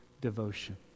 devotion